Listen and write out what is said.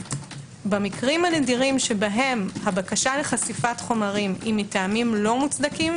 במקרים הנדירים שבהם הבקשה לחשיפת חומרים היא מטעמים לא מוצדקים,